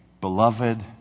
Beloved